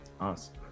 awesome